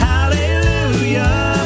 Hallelujah